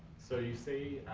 so you say,